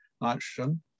nitrogen